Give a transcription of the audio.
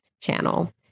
channel